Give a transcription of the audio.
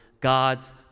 God's